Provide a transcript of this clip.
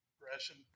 progression